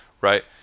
right